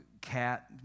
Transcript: cat